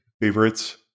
Favorites